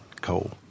coal